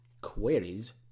queries